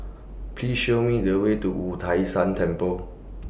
Please Show Me The Way to Wu Tai Shan Temple